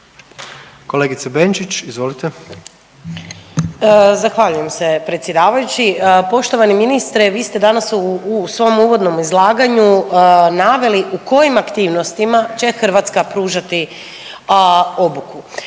**Benčić, Sandra (Možemo!)** Zahvaljujem se predsjedavajući. Poštovani ministre vi ste danas u svom uvodnom izlaganju naveli u kojim aktivnostima će Hrvatska pružati obuku.